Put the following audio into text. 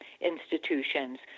institutions